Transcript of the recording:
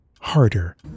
harder